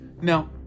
Now